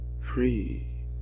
free